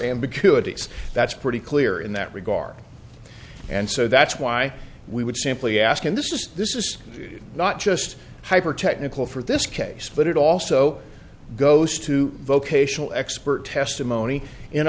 ambiguity that's pretty clear in that regard and so that's why we would simply ask in this this is not just hyper technical for this case but it also goes to vocational expert testimony in